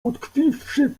utkwiwszy